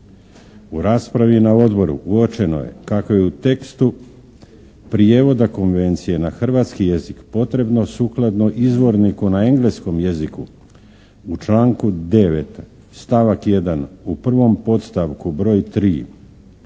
U raspravi na Odboru uočeno je kako je u tekstu prijevoda Konvencije na hrvatski jezik potrebno sukladno izvorniku na engleskom jeziku u članku 9. stavak 1. u prvom podstavku broj 3.